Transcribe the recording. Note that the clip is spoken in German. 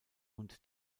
und